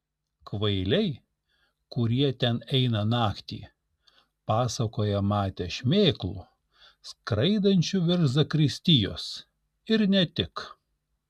kvailiai kurie ten eina naktį pasakoja matę šmėklų skraidančių virš zakristijos ir ne tik